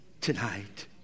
tonight